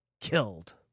killed